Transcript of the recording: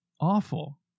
awful